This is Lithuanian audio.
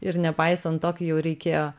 ir nepaisant to kai jau reikėjo